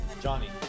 Johnny